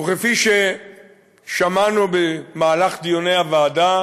כפי ששמענו במהלך דיוני הוועדה,